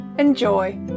Enjoy